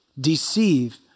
deceive